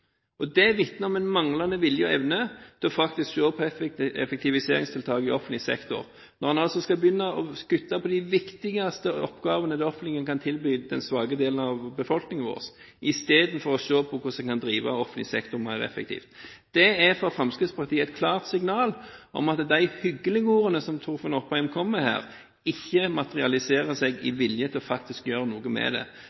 Det vitner om manglende vilje og evne til faktisk å se på effektiviseringstiltak i offentlig sektor, når man skal begynne å kutte på de viktigste oppgavene det offentlig kan tilby den svake delen av befolkningen vår, istedenfor å se på hvordan man kan drive offentlig sektor mer effektivt. Det er for Fremskrittspartiet et klart signal om at de hyggelige ordene som Torfinn Opheim kommer med her, ikke materialiserer seg i